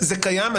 זה קיים,